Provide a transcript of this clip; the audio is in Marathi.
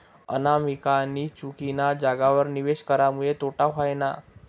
अनामिकानी चुकीना जागावर निवेश करामुये तोटा व्हयना